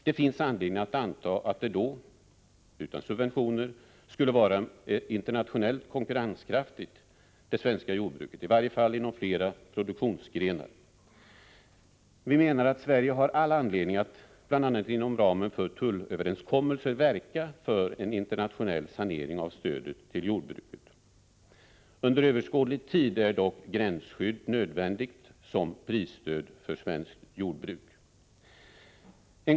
Det finns anledning att anta att det svenska jordbruket då, utan subventioner, skulle vara internationellt konkurrenskraftigt — i varje fall inom flera produktionsgrenar. Jag menar att Sverige har all anledning att bl.a. inom ramen för tullöverenskommelser verka för en internationell sanering av stödet till jordbruket. Under överskådlig tid är dock gränsskydd nödvändigt som prisstöd för svenskt jordbruk.